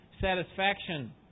satisfaction